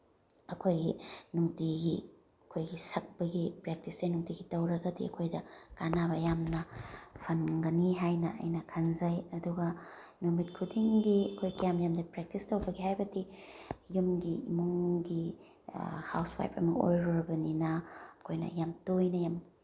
ꯑꯩꯈꯣꯏꯒꯤ ꯅꯨꯡꯇꯤꯒꯤ ꯑꯩꯈꯣꯏꯒꯤ ꯁꯛꯄꯒꯤ ꯄꯔꯦꯛꯇꯤꯁꯁꯦ ꯅꯨꯡꯇꯤꯒꯤ ꯇꯧꯔꯒꯗꯤ ꯑꯩꯈꯣꯏꯗ ꯀꯥꯅꯕ ꯌꯥꯝꯅ ꯐꯪꯒꯅꯤ ꯍꯥꯏꯅ ꯑꯩꯅ ꯈꯟꯖꯩ ꯑꯗꯨꯒ ꯅꯨꯃꯤꯠ ꯈꯨꯗꯤꯡꯒꯤ ꯑꯩꯈꯣꯏ ꯀꯌꯥꯝ ꯌꯥꯝꯅ ꯄ꯭ꯔꯦꯛꯇꯤꯁ ꯇꯧꯕꯒꯦ ꯍꯥꯏꯕꯗꯤ ꯌꯨꯝꯒꯤ ꯏꯃꯨꯡꯒꯤ ꯍꯥꯎꯁ ꯋꯥꯏꯞ ꯑꯃ ꯑꯣꯏꯔꯨꯔꯕꯅꯤꯅ ꯑꯩꯈꯣꯏꯅ ꯌꯥꯝ ꯇꯣꯏꯅ ꯌꯥꯝ